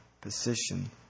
position